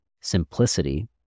simplicity